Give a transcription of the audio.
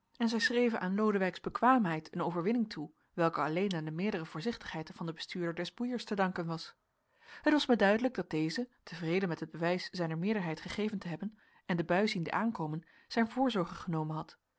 en zij schreven aan lodewijks bekwaamheid een overwinning toe welke alleen aan de meerdere voorzichtigheid van den bestuurder des boeiers te danken was het was mij duidelijk dat deze tevreden met het bewijs zijner meerderheid gegeven te hebben en de bui ziende aankomen zijn voorzorgen genomen had